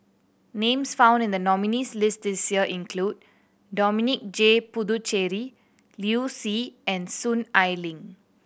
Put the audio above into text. names found in the nominees' list this year include Dominic J Puthucheary Liu Si and Soon Ai Ling